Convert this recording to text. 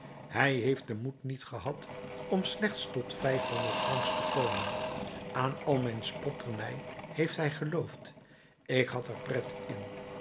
hij heeft den moed niet gehad om slechts tot vijfhonderd francs te komen aan al mijn spotternij heeft hij geloofd ik had er pret in